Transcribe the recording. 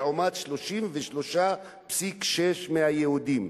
לעומת 33.6% מהיהודים,